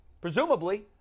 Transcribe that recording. presumably